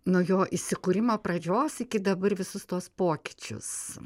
nuo jo įsikūrimo pradžios iki dabar visus tuos pokyčius